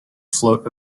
float